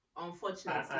unfortunately